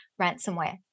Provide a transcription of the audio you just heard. ransomware